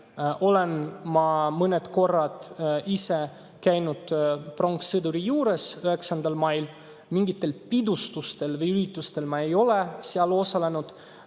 olen ma mõned korrad ise käinud pronkssõduri juures 9. mail. Mingitel pidustustel või üritustel ma ei ole seal osalenud.